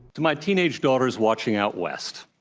to my teenaged daughters watching out west,